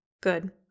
Good